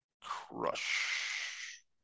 crush